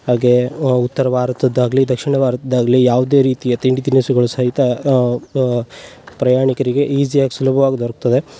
ಹಾಗೇ ಉತ್ತರ ಭಾರತದ್ದಾಗಲಿ ದಕ್ಷಿಣ ಭಾರತ್ದ್ದಾಗ್ಲಿ ಯಾವುದೇ ರೀತಿಯ ತಿಂಡಿ ತಿನಿಸುಗಳು ಸಹಿತ ಪ್ರಯಾಣಿಕರಿಗೆ ಈಸಿಯಾಗ ಸುಲಭವಾಗ್ ದೊರ್ಕ್ತದೆ